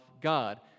God